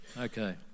Okay